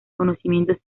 conocimientos